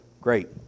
Great